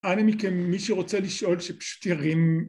אנא מכם מי שרוצה לשאול שפשוט ירים